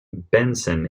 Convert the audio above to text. benson